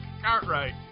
Cartwright